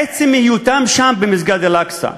עצם היותם שם, במסגד אל-אקצא,